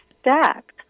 stacked